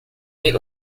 meat